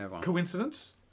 Coincidence